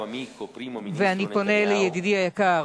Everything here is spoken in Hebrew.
אני פונה אל ידידי היקר,